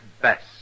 best